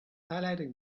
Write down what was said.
highlighting